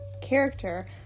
character